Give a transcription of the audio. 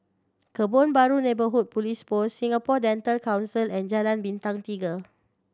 Kebun Baru Neighbourhood Police Post Singapore Dental Council and Jalan Bintang Tiga